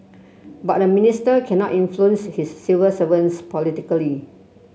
but a minister cannot influence his civil servants politically